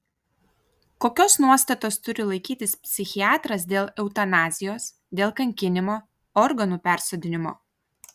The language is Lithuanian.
kokios nuostatos turi laikytis psichiatras dėl eutanazijos dėl kankinimo organų persodinimo